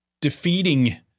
defeating